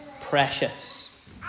Precious